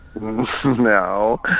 No